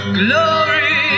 glory